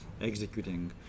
executing